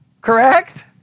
correct